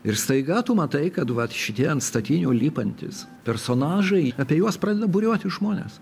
ir staiga tu matai kad vat šitie ant statinių lipantys personažai apie juos pradeda būriuotis žmonės